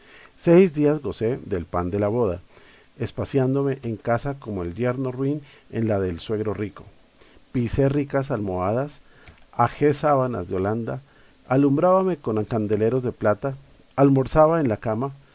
seis días gocé del pan de la boda espaciándome en casa co mo el yerno ruin en la del suegro rico pisé ricas alhombras ahajé sábanas de holanda alumbrábame con candeleros de plata almorzaba en la cama